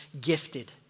gifted